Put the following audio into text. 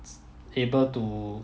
it's able to